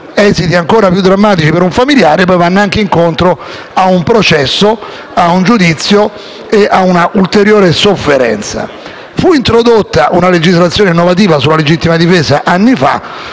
esiti ancora più drammatici per i propri familiari, vanno incontro a un processo, ad un giudizio e a un'ulteriore sofferenza. Fu introdotta una legislazione innovativa sulla legittima difesa anni fa;